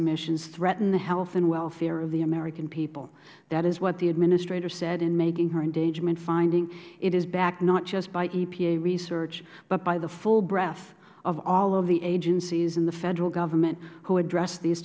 emissions threaten the health and welfare of the american people that is what the administrator said in making her endangerment finding it is backed not just by epa research but by the full breadth of all of the agencies in the federal government who address these